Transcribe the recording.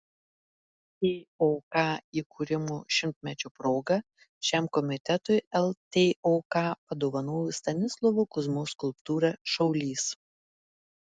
tok įkūrimo šimtmečio proga šiam komitetui ltok padovanojo stanislovo kuzmos skulptūrą šaulys